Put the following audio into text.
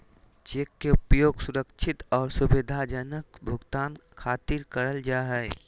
cheque के उपयोग सुरक्षित आर सुविधाजनक भुगतान खातिर करल जा हय